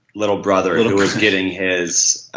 little brother, he was getting his